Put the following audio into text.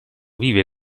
vive